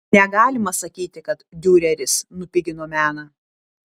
negalima sakyti kad diureris nupigino meną